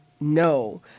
no